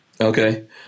Okay